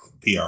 PR